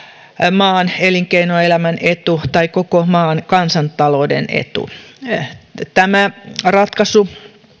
maan elinkeinoelämän etu tai koko maan kansantalouden etu tämä ratkaisu